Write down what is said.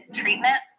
treatment